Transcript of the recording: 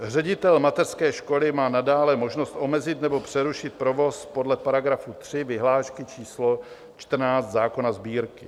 Ředitel mateřské školy má nadále možnost omezit nebo přerušit provoz podle § 3 vyhlášky č. 14 zákona Sbírky.